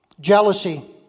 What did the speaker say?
Jealousy